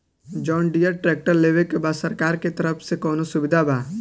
John Deere tractor लेवे के बा सरकार के तरफ से कौनो सुविधा बा?